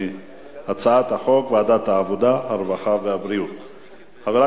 מוקדם בוועדת העבודה, הרווחה והבריאות נתקבלה.